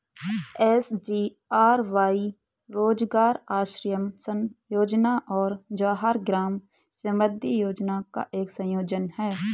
SGRY रोजगार आश्वासन योजना और जवाहर ग्राम समृद्धि योजना का एक संयोजन है